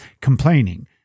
complaining